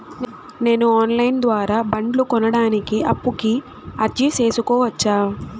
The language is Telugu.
నేను ఆన్ లైను ద్వారా బండ్లు కొనడానికి అప్పుకి అర్జీ సేసుకోవచ్చా?